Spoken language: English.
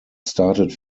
started